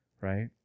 right